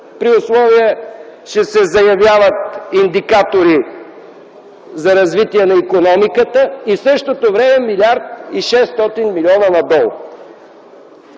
при условие че се заявяват индикатори за развитие на икономиката и в същото време 1 млрд. 600 млн.